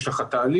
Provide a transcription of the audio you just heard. יש לך תהליך,